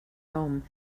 home